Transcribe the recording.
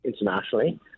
internationally